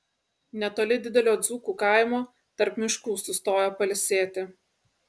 netoli didelio dzūkų kaimo tarp miškų sustojo pailsėti